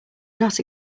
not